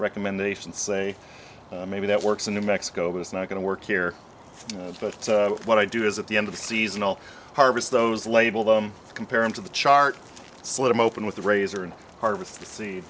recommendations say maybe that works in new mexico but it's not going to work here but what i do is at the end of seasonal harvest those label them compare them to the chart slow them open with the razor and harvest see